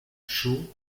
chaud